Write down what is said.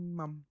mum